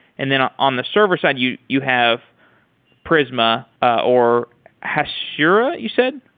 and then ah on the server side, you you have prisma, or hasura you said?